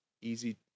easy